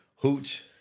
hooch